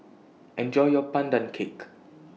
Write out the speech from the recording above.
Enjoy your Pandan Cake